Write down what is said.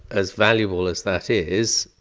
as valuable as that is,